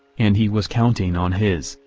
and he was counting on his,